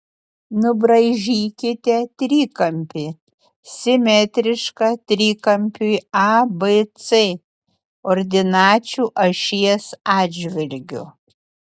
nubraižykite trikampį simetrišką trikampiui abc ordinačių ašies atžvilgiu